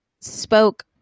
spoke